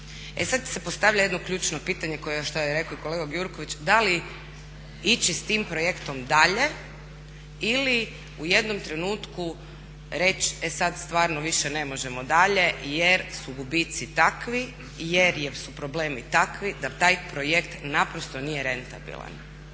E sad se postavlja jedno ključno pitanje kao što je rekao i kolega Gjurković da li ići s tim projektom dalje ili u jednom trenutku reći e sad stvarno više ne možemo dalje jer su gubitci takvi, jer su problemi takvi da taj projekt naprosto nije rentabilan.